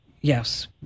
Yes